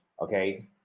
Okay